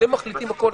אתם מחליטים הכול,